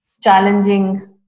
challenging